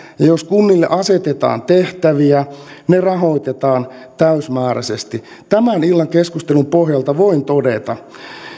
ja jos kunnille asetetaan tehtäviä ne rahoitetaan täysimääräisesti tämän illan keskustelun pohjalta voin todeta